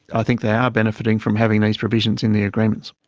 i think they are benefiting from having these provisions in the agreements.